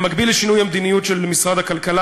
במקביל לשינוי המדיניות של משרד הכלכלה,